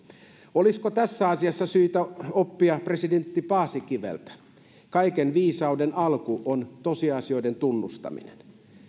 olisiko tässä asiassa syytä oppia presidentti paasikiveltä että kaiken viisauden alku on tosiasioiden tunnustaminen